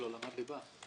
הוא לא למד ליבה.